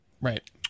Right